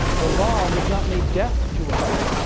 the law was not made death to us